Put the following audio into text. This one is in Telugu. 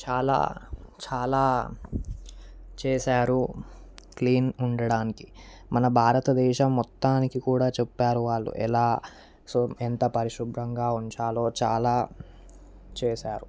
చాలా చాలా చేశారు క్లీన్ ఉండడానికి మన భారతదేశం మొత్తానికి కూడా చెప్పారు వాళ్లు ఎలా సో ఎంత పరిశుభ్రంగా ఉంచాలో చాలా చేశారు